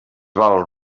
val